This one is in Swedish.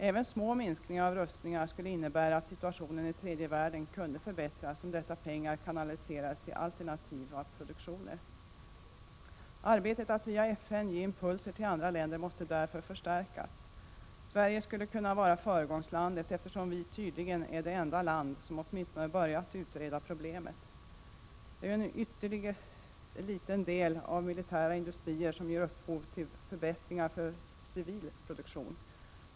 Även små minskningar av rustningar skulle innebära att situationen i tredje världen kunde förbättras, om dessa pengar kanaliserades till alternativ produktion. Arbetet att via FN ge impulser till andra länder måste därför förstärkas. Sverige skulle kunna vara föregångslandet, eftersom Sverige tydligen är det enda land som åtminstone börjat utreda problemet. Det är ju en ytterligt liten del av de militära industrierna som ger upphov till förbättringar för civil produktion.